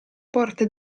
porta